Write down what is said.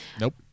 nope